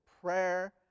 prayer